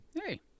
Hey